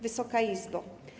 Wysoka Izbo!